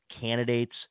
candidates –